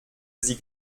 sie